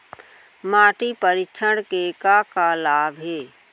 माटी परीक्षण के का का लाभ हे?